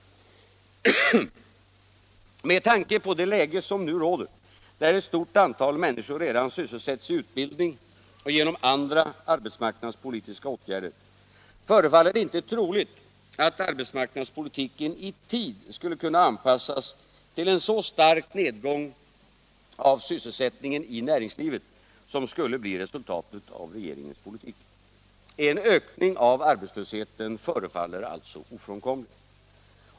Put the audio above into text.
Med tanke på det läge som nu råder, där ett stort antal människor redan sysselsätts i utbildning och genom andra arbetsmarknadspolitiska åtgärder, förefaller det inte troligt att arbetsmarknadspolitiken i tid skulle kunna anpassas till en så stark nedgång av sysselsättningen i näringslivet, som skulle bli resultatet av regeringens politik. En ökning av arbetslösheten förefaller alltså ofrånkomlig.